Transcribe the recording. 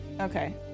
Okay